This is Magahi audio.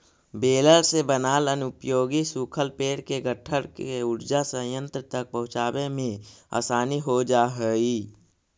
बेलर से बनाल अनुपयोगी सूखल पेड़ के गट्ठर के ऊर्जा संयन्त्र तक पहुँचावे में आसानी हो जा हई